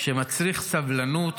שמצריך סבלנות.